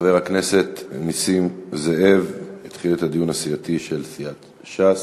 חבר הכנסת נסים זאב יתחיל את הדיון הסיעתי של סיעת ש"ס.